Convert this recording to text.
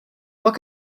what